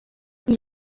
dans